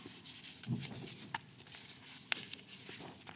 Kiitos.